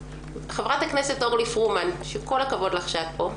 חברת הכנסת אורלי פרומן, כל הכבוד לך שאת פה.